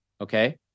okay